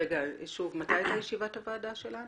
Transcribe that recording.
רגע, מתי הייתה ישיבת הוועדה שלנו?